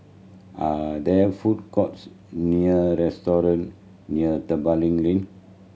are there food courts near restaurant near Tebing Lane